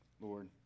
Lord